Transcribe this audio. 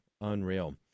unreal